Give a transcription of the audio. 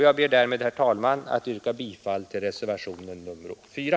Jag ber därmed, herr talman, att få yrka bifall till reservationen 4.